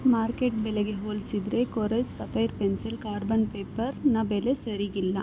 market ಬೆಲೆಗೆ ಹೋಲಿಸಿದ್ರೆ Kores sapphire pencil carbon ಪೇಪರ್ನ ಬೆಲೆ ಸರೀಗಿಲ್ಲ